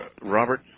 Robert